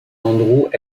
andrews